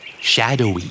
Shadowy